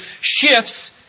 shifts